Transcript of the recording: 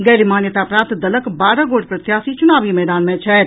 गैर मान्यता प्राप्त दलक बारह गोट प्रत्याशी चुनावी मैदानी मे छथि